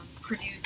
produce